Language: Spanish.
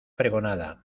pregonada